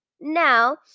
Now